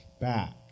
back